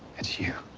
it's you.